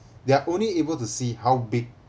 they are only able to see how big